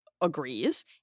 agrees